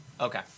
okay